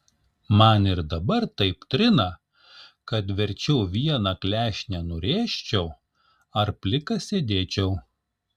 man ir dabar taip trina kad verčiau vieną klešnę nurėžčiau ar plikas sėdėčiau